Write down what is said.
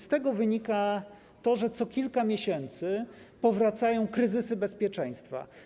Z tego wynika to, że co kilka miesięcy powracają kryzysy bezpieczeństwa.